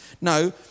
No